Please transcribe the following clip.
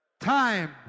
Time